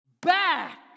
back